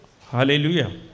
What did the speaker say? Hallelujah